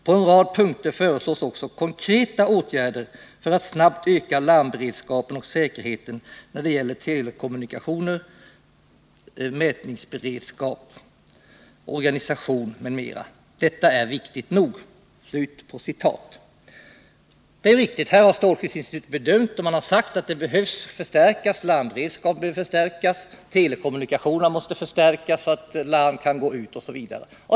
På en rad punkter föreslås också konkreta åtgärder för att snabbt öka larmberedskapen och säkerheten när det gäller telekommunikationer, mätningsberedskap, organisation m.m. Detta är viktigt nog.” Detta är viktigt. Här har strålskyddsinstitutet gjort en bedömning och sagt att larmberedskapen behöver förstärkas, telekommunikationerna måste förstärkas så att larm kan gå ut, osv.